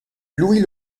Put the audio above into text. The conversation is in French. louis